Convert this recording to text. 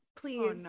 Please